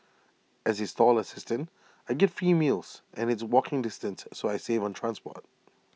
as A stall assistant I get free meals and it's walking distance so I save on transport